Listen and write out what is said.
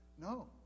No